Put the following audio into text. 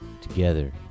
Together